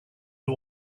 who